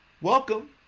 Welcome